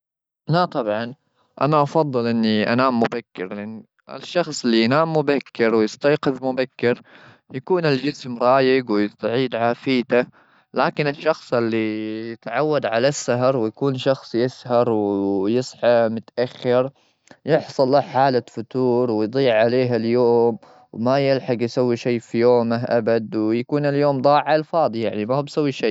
لا، طبعا، أنا أفضل إني أنام مبكر؛ لأن الشخص اللي ينام مبكر ويستيقظ مبكر بيكون الجسم رايج ويستعيد عافيته. لكن الشخص اللي تعود على السهر ويكون شخص يسهر ويصحى متأخر، يحصل له حالة فتور. ويضيع عليه اليوم وما يلحق يسوي شي في يومه أبد. ويكون اليوم ضاع على الفاضي، يعني ما هو بسوي شيء.